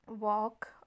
Walk